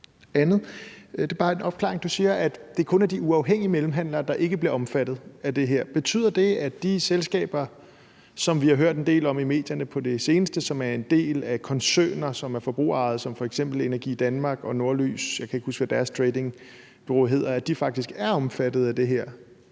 Du siger, at det kun er de uafhængige mellemhandlere, der ikke bliver omfattet af det her. Betyder det, at de selskaber, som vi har hørt en del om i medierne på det seneste, som er en del af koncerner, som er forbrugerejede, som f.eks. Energi Danmark og Norlys – jeg kan ikke huske, hvad deres tradingbureau hedder – faktisk er omfattet af det her,